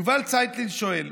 יובל צייטלין שואל: